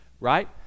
right